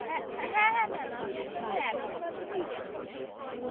হ্যাঁ হ্যাঁ হ্যাঁ হ্যাঁ ম্যাম আমি আপনাদের অ্যাপসের মাধ্যমেই রিচার্জ করেছি